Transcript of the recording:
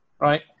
right